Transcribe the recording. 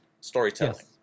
storytelling